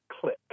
click